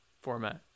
format